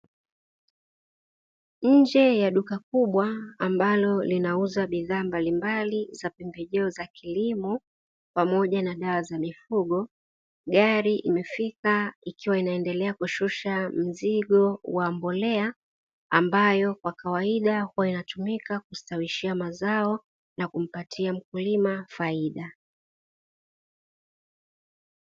Nje ya duka kubwa ambalo linauza bidhaa mbalimbali za pembejeo za kilimo pamoja na dawa za mifugo, gari imefika ikiwa inaendelea kushusha mzigo wa mbolea; ambayo kwa kawaida huwa inatumika kustawishia mazao na kumpatia mkulima faida.